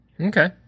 Okay